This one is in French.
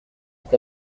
est